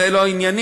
זה לא ענייני,